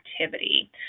activity